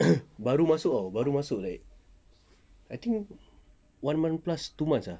baru masuk orh baru masuk like I think one month plus two months ah